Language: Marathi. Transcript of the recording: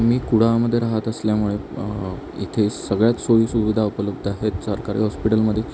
मी कुडाळमध्ये राहत असल्यामुळे इथे सगळ्या सोयीसुविधा उपलब्ध आहेत सरकारी हॉस्पिटलमध्ये